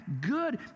good